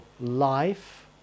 life